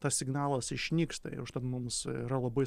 tas signalas išnyksta ir užtat mums yra labai